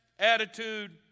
Attitude